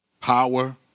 power